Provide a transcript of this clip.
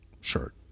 shirt